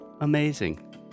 amazing